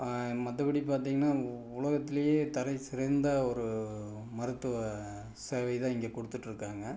மற்றபடி பார்த்திங்கன்னா உலகத்திலேயே தலை சிறந்த ஒரு மருத்துவ சேவை தான் இங்கே கொடுத்துட்டு இருக்காங்க